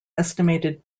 estimated